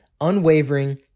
unwavering